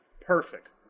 perfect